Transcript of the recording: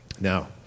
Now